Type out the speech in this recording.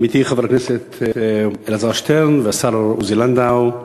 עמיתי חבר הכנסת אלעזר שטרן והשר עוזי לנדאו,